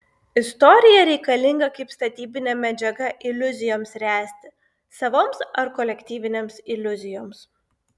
istorija reikalinga kaip statybinė medžiaga iliuzijoms ręsti savoms ar kolektyvinėms iliuzijoms